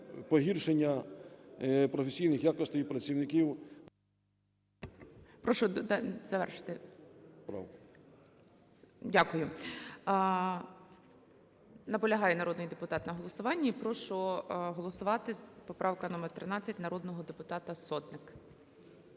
погіршення професійних якостей працівників…